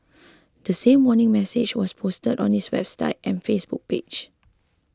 the same warning message was posted on its website and Facebook page